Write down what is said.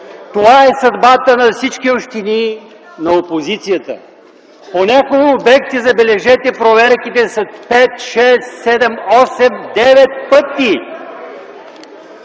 Това е съдбата на всички общини на опозицията. По някои обекти, забележете, проверките са пет, шест, седем,